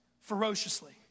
ferociously